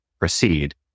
Proceed